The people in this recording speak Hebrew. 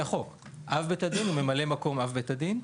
אב בית הדין וממלא מקום אב בית הדין.